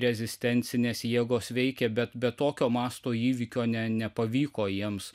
rezistencinės jėgos veikė bet be tokio masto įvykio nepavyko jiems